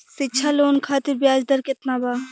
शिक्षा लोन खातिर ब्याज दर केतना बा?